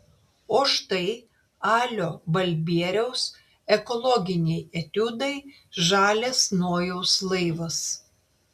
o štai alio balbieriaus ekologiniai etiudai žalias nojaus laivas